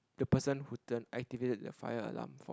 the person who turn activate the fire alarm fault